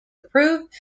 approved